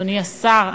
אדוני השר,